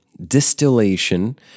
distillation